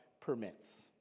permits